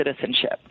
citizenship